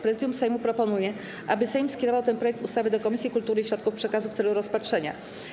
Prezydium Sejmu proponuje, aby Sejm skierował ten projekt ustawy do Komisji Kultury i Środków Przekazu w celu rozpatrzenia.